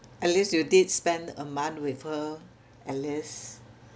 at least you did spend a month with her at least